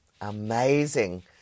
amazing